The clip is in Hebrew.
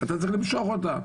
אתה צריך למשוך אותה.